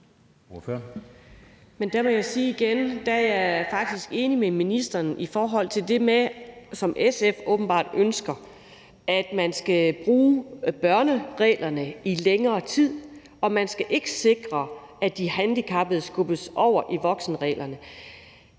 jeg faktisk er enig med ministeren i forhold til det med – som SF åbenbart ønsker – at man skal bruge børnereglerne i længere tid, og at man ikke skal sikre, at de handicappede skubbes over på voksenreglerne.